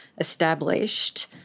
established